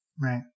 Right